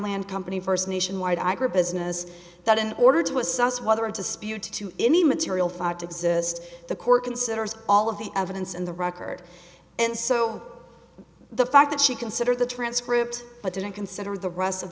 land company first nationwide i grew business that in order to suss whether a disputed to any material five to exist the court considers all of the evidence in the record and so the fact that she considered the transcript but didn't consider the rest of